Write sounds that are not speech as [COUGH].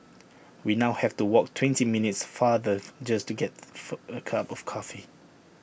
we now have to walk twenty minutes farther [NOISE] just to get for A cup of coffee